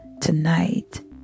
tonight